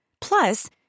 Plus